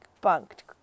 bunked